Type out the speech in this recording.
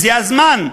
זה הזמן,